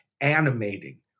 animating